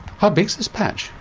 how big is this patch?